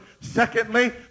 Secondly